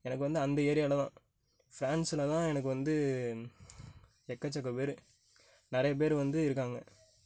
எனக்கு வந்து அந்த ஏரியாவில் தான் ஃப்ரான்ஸுனா தான் எனக்கு வந்து எக்கச்சக்க பேர் நிறைய பேர் வந்து இருக்காங்க